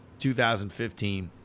2015